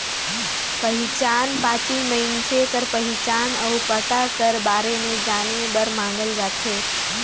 पहिचान पाती मइनसे कर पहिचान अउ पता कर बारे में जाने बर मांगल जाथे